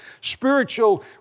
spiritual